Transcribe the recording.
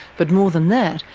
but more than that,